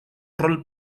rol